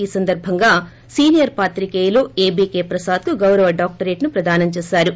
ఈ సందర్బంగా సీనియర్ పాత్రికేయులు ఏబీకే ప్రసాద్కు గౌరవ డాక్టరేట్ను ప్రదానం చేశారు